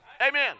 amen